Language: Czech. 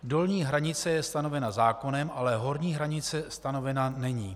Dolní hranice je stanovena zákonem, ale horní stanice stanovena není.